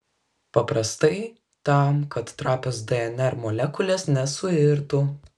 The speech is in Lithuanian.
paprastai tam kad trapios dnr molekulės nesuirtų